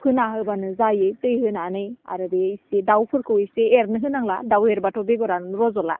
फोना होबानो जायो दै होनानै आरो बे एसे दाउफोरखौ एसे एरनो होनांला दाव एरबाथ' बेगरानो रज'ला